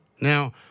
Now